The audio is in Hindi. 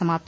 समाप्त